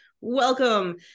welcome